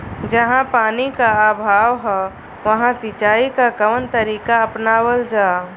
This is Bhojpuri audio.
जहाँ पानी क अभाव ह वहां सिंचाई क कवन तरीका अपनावल जा?